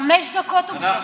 חמש דקות הוא מדבר,